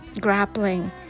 grappling